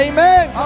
Amen